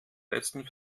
letzten